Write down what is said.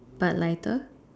but lighter